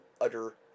utter